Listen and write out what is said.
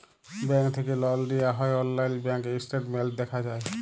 bank থ্যাকে লল লিয়া হ্যয় অললাইল ব্যাংক ইসট্যাটমেল্ট দ্যাখা যায়